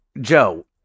Joe